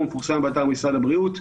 הוא פורסם באתר משרד הבריאות.